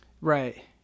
Right